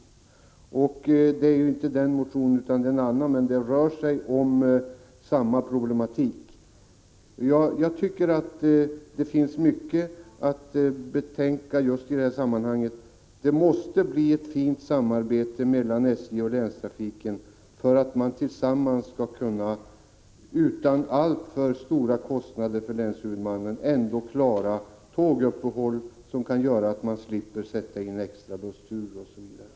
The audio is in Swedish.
Det är inte den motion som Britta Hammarbacken talade om, men den rör sig om samma problematik. Det finns mycket att betänka i detta sammanhang. Det måste bli ett fint samarbete mellan SJ och länstrafiken för att man tillsammans skall kunna, utan alltför stora kostnader för länshuvudmannen, klara vissa tåguppehåll som kan innebära att man slipper sätta in extra bussturer osv.